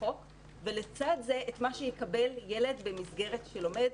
לחוק ולצד זה מה שיקבל ילד במסגרת נפרדת שהוא לומד